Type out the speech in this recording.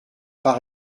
par